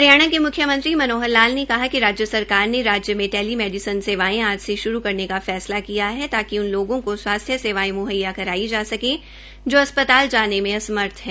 हरियाणा के मुख्यमंत्री मनोहर लाल ने कहा कि राज्य सरकार ने राज्य में टेली मेडिसन सेवायें आज से श्रू करने का फैसला किया है ताकि उन लोगों को स्वास्थ्य म्हैया कराई जा सके जो अस्पताल में असमर्थ है